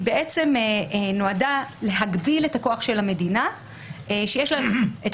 בעצם נועדה להגביל את הכוח של המדינה שיש לה את